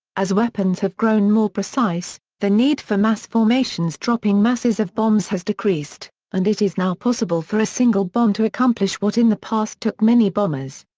as weapons have grown more precise, the need for mass formations dropping masses of bombs has decreased, and it is now possible for a single bomb to accomplish what in the past took many bombers.